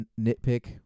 nitpick